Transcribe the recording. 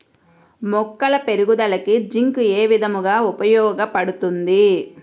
మొక్కల పెరుగుదలకు జింక్ ఏ విధముగా ఉపయోగపడుతుంది?